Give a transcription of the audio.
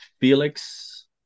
Felix